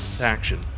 action